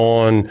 on